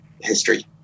history